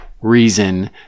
reason